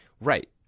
Right